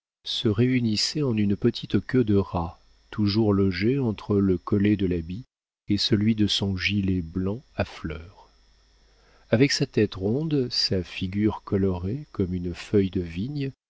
se réunissaient en une petite queue de rat toujours logée entre le collet de l'habit et celui de son gilet blanc à fleurs avec sa tête ronde sa figure colorée comme une feuille de vigne